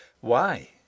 Why